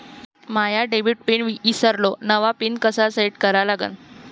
माया debit pin ईसरलो, नवा pin कसा सेट करा लागन?